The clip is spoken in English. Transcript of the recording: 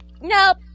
nope